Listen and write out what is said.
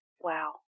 Wow